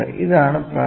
ഇതാണ് പ്രായം